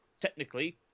Technically